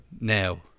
Now